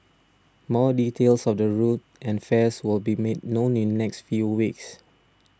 more details of the route and fares will be made known in next few weeks